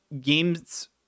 games